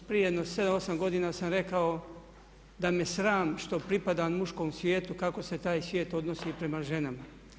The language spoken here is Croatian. Prije jedno 7, 8 godina sam rekao da me sram što pripadam muškom svijetu kako se taj svijet odnosi prema ženama.